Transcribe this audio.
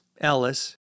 Ellis